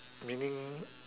meaning